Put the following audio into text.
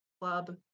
Club